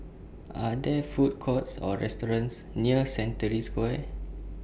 Are There Food Courts Or restaurants near Century Square